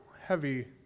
heavy